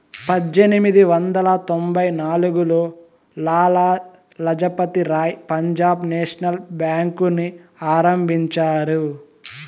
పజ్జేనిమిది వందల తొంభై నాల్గులో లాల లజపతి రాయ్ పంజాబ్ నేషనల్ బేంకుని ఆరంభించారు